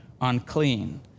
unclean